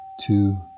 Two